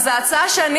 ההצעה שאני